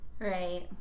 Right